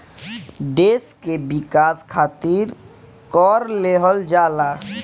देस के विकास खारित कर लेहल जाला